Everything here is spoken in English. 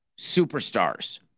superstars